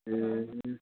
ए